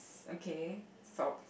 okay sock